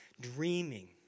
dreaming